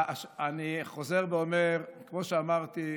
אני חוזר ואומר: כמו שאמרתי,